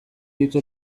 ditu